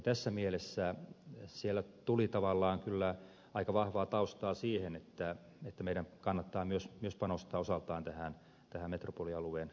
tässä mielessä siellä tuli tavallaan kyllä aika vahvaa taustaa siihen että meidän kannattaa myös panostaa osaltaan tähän metropolialueen kehittämiseen